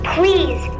Please